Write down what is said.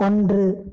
ஒன்று